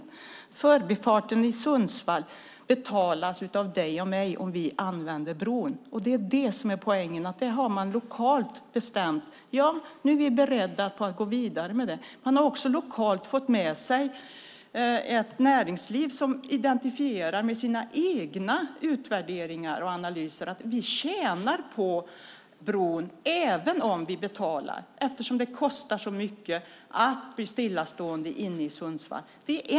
Förbifarten i Sundsvall betalas av dig och mig om vi använder bron. Det är poängen. Det har man bestämt lokalt. Nu är vi beredda att gå vidare med det. Lokalt har man fått med sig näringslivet som utifrån sina egna utvärderingar och analyser ser att de tjänar på bron även om de betalar eftersom det kostar så mycket att fastna i trafiken inne i Sundsvall.